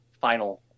final